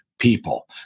People